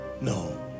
No